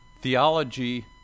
Theology